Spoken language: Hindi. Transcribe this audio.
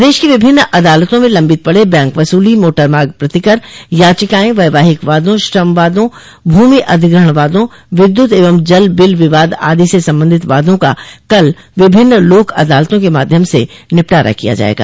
प्रदेश की विभिन्न अदालतों में लंबित पड़े बैंक वसूली मोटर दुर्घटना प्रतिकर याचिकाएं वैवाहिक वादों श्रम वादों भूमि अधिग्रहण वादों विद्युत एवं जल बिल विवाद आदि से संबंधित वादों का कल विभिन्न लोक अदालतों के माध्यम से निपटारा किया जायेगा